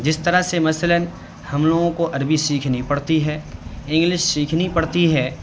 جس طرح سے مثلاً ہم لوگوں کو عربی سیکھنی پڑتی ہے انگلش سیکھنی پڑتی ہے